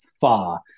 far